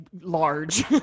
large